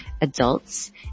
adults